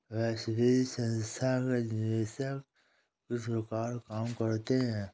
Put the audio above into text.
वैश्विक संथागत निवेशक किस प्रकार काम करते हैं?